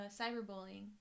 Cyberbullying